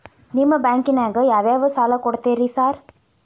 ನಿಮ್ಮ ಬ್ಯಾಂಕಿನಾಗ ಯಾವ್ಯಾವ ಸಾಲ ಕೊಡ್ತೇರಿ ಸಾರ್?